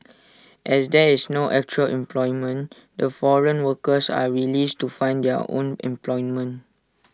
as there is no actual employment the foreign workers are released to find their own employment